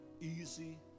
easy